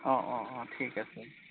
অঁ অঁ অঁ ঠিক আছে